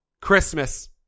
Christmas